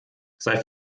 sei